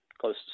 close